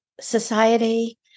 society